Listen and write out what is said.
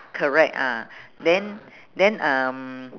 correct ah then then um